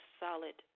solid